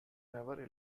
never